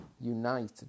Unite